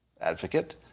advocate